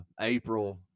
April